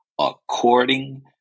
according